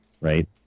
right